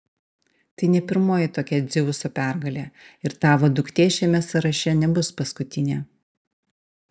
tai ne pirmoji tokia dzeuso pergalė ir tavo duktė šiame sąraše nebus paskutinė